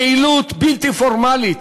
פעילות בלתי פורמלית.